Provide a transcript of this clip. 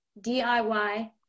DIY